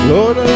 Lord